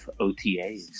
otas